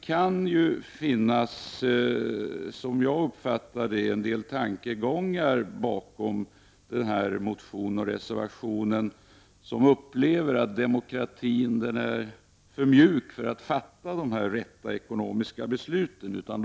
Som jag uppfattar det kan det finnas en del tankegångar bakom den här motionen och reservationen om att demokratin upplevs som för mjuk då de riktiga ekonomiska besluten skall fattas.